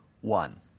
one